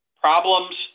problems